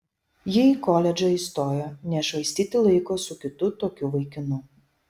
ji į koledžą įstojo nešvaistyti laiko su kitu tokiu vaikinu